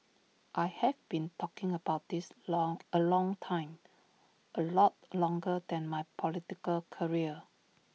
I have been talking about this long A long time A lot longer than my political career